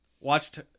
Watched